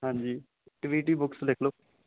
ਹਾਂਜੀ ਟਵੀਟੀ ਬੁੱਕਸ ਲਿਖ ਲਓ